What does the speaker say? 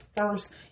first